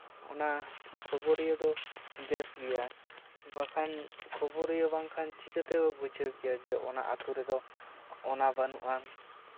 ᱚᱱᱟ ᱠᱷᱚᱵᱚᱨᱤᱭᱟᱹ ᱫᱚ ᱵᱮᱥ ᱜᱮᱭᱟ ᱵᱟᱠᱷᱟᱱ ᱠᱷᱚᱵᱚᱨᱚᱭᱟᱹ ᱵᱟᱝᱠᱷᱟᱱ ᱪᱤᱠᱟᱹᱛᱮ ᱵᱩᱡᱷᱟᱹᱣ ᱠᱮᱭᱟ ᱚᱱᱟ ᱟᱛᱳ ᱨᱮᱫᱚ ᱚᱱᱟ ᱵᱟᱹᱱᱩᱜ ᱟᱱ